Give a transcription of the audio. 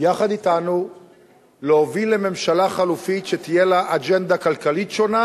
ביחד אתנו להוביל לממשלה חלופית שתהיה לה אג'נדה כלכלית שונה